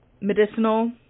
medicinal